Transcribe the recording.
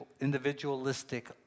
individualistic